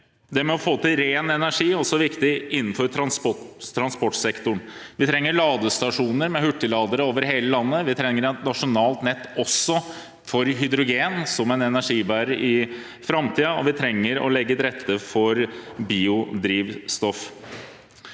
saken. Å få til ren energi er også viktig innenfor transportsektoren. Vi trenger ladestasjoner med hurtigladere over hele landet, vi trenger også et nasjonalt nett for hydrogen som energibærer i framtiden, og vi trenger å legge til rette for biodrivstoff.